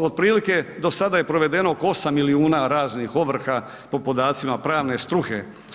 otprilike do sada je provedeno oko 8 milijuna raznih ovrha po podacima pravne struke.